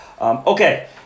Okay